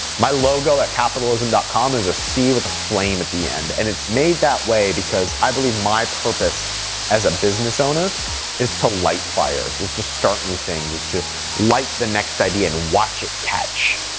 my logo at capitalism conm is a c with a flame at the end. and it's made that way because i believe my purpose as a business owner is to light fires, is to start new things, is to light the next idea and watch it catch.